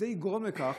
זה יגרום לכך